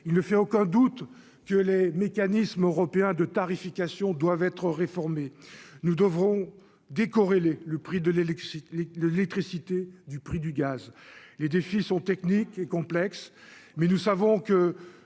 il ne fait aucun doute que les mécanismes européens de tarification doivent être réformés, nous devrons décorrélés le prix de l'électricité, l'électricité, du prix du gaz, les défis sont techniques et complexe, mais nous savons que